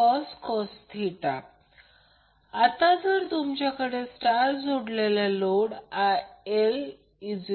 तर जर हे गुणाकार केले